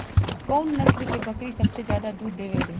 कउन नस्ल के बकरी सबसे ज्यादा दूध देवे लें?